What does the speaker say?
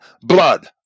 blood